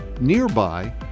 nearby